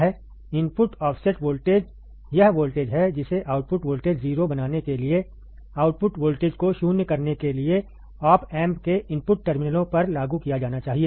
input offset voltage वह voltage है जिसे आउटपुट वोल्टेज 0 बनाने के लिए आउटपुट वोल्टेज को शून्य करने के लिए ऑप एम्प के इनपुट टर्मिनलों पर लागू किया जाना चाहिए